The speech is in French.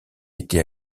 été